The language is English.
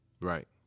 right